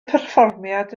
perfformiad